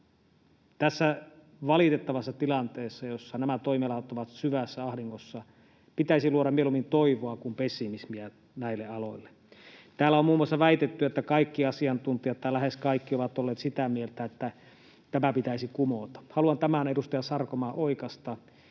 Tässä valitettavassa tilanteessa, jossa nämä toimialat ovat syvässä ahdingossa, pitäisi luoda mieluummin toivoa kuin pessimismiä näille aloille. Täällä on muun muassa väitetty, että kaikki asiantuntijat — tai lähes kaikki — ovat olleet sitä mieltä, että tämä pitäisi kumota. Haluan tämän, edustaja Sarkomaa, oikaista.